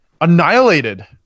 annihilated